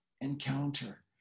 encounter